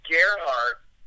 Gerhardt